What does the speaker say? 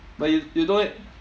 but you you don't have